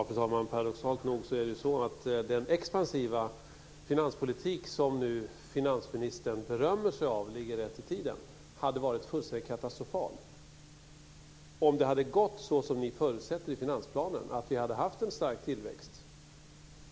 Fru talman! Paradoxalt nog är det så att den expansiva finanspolitik som finansministern nu berömmer sig av ligger rätt i tiden hade varit katastrofal om det hade gått så som ni förutsatte i finansplanen, att vi hade haft en stark tillväxt.